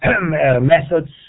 methods